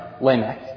Lamech